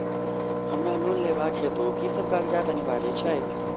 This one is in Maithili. हमरा लोन लेबाक हेतु की सब कागजात अनिवार्य छैक?